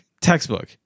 Textbook